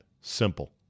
simple